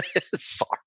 Sorry